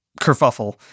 kerfuffle